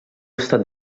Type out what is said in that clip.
estat